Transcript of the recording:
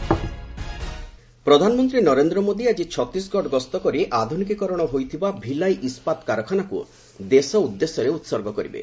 PM Bhilai plant ପ୍ରଧାନମନ୍ତ୍ରୀ ନରେନ୍ଦ୍ର ମୋଦି ଆଜି ଛତିଶଗଡ ଗସ୍ତ କରି ଆଧୁନିକକରଣ ହୋଇଥିବା ଭିଲାଇ ଇସ୍କାତ କାରଖାନାକୁ ଦେଶ ଉଦ୍ଦେଶ୍ୟରେ ଉତ୍ସର୍ଗ କରିବେ